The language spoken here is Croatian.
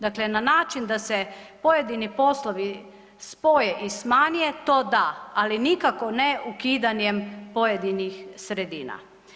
Dakle, na način da se pojedini poslovi spoje i smanje to da, ali nikako ne ukidanjem pojedinih sredina.